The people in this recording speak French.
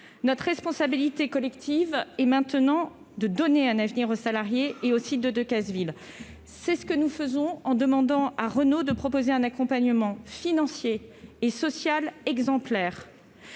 Notre responsabilité collective est maintenant de donner un avenir aux salariés et au site de Decazeville. C'est ce que nous faisons en demandant à Renault de proposer un accompagnement financier et social exemplaire.